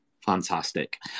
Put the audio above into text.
fantastic